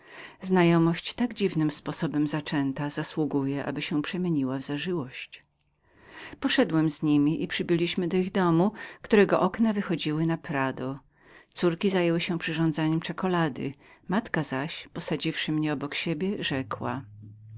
znajomość tak dziwnym sposobem zaczęta zasługuje aby się przemieniła w zażyłość poszedłem z niemi i przybyliśmy do ich domu którego okna wychodziły na prado córki zajęły się przyrządzeniem czekulady matka zaś posadziwszy mnie obok siebie rzekła